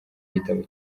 gitabo